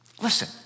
Listen